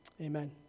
Amen